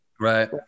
Right